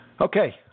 Okay